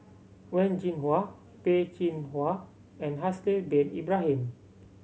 Wen Jinhua Peh Chin Hua and Haslir Bin Ibrahim